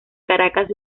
caracas